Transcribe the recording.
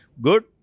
Good